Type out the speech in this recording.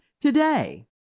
Today